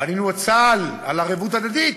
בנינו את צה"ל על ערבות הדדית,